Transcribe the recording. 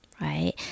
Right